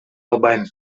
албайм